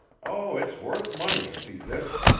oh, it's worth money to see this.